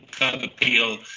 appeal